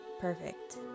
perfect